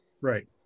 right